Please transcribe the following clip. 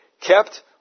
kept